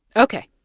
ok.